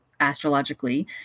astrologically